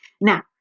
Now